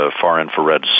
far-infrared